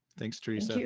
thanks teresa.